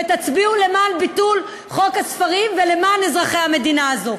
ותצביעו למען ביטול חוק הספרים ולמען אזרחי המדינה הזו.